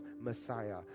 Messiah